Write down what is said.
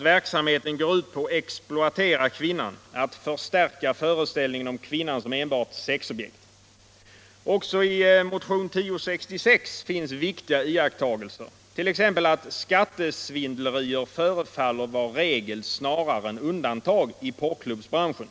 Verksamheten går ut på att exploatera kvinnan, att förstärka föreställningen om kvinnan som enbart sexobjekt.” Också i motionen 1066 finns riktiga iakttagelser, t.ex. att skattesvindleriet förefaller vara regel snarare än undantag i porrklubbsbranschen.